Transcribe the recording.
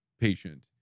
patient